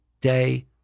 day